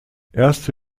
erste